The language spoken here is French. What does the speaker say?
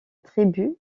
tribu